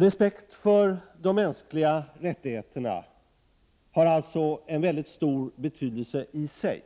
Respekt för de mänskliga rättigheterna har alltså en mycket stor betydelse i sig,